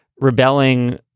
rebelling